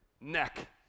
neck